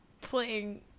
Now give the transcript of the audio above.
playing